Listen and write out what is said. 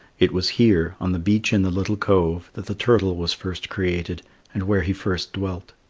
it was here, on the beach in the little cove, that the turtle was first created and where he first dwelt.